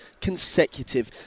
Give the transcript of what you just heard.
consecutive